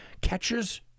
Catchers